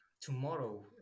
tomorrow